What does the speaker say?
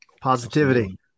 Positivity